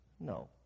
no